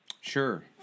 Sure